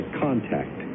contact